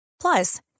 Plus